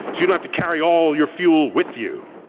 you don't have to carry all your fuel with you.